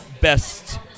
best